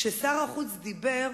כששר החוץ דיבר